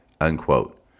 unquote